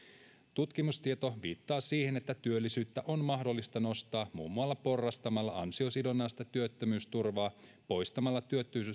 tutkimustieto viittaa siihen että työllisyyttä on mahdollista nostaa muun muassa porrastamalla ansiosidonnaista työttömyysturvaa poistamalla